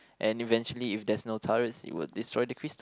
and eventually if there's no turrets it will destroy the crystal